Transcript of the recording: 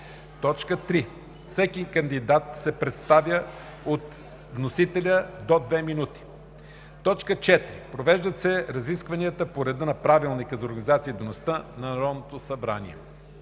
3. Всеки кандидат се представя от вносителя – до две минути. 4. Провеждат се разисквания по реда на Правилника за организацията и дейността на Народното събрание.